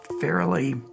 fairly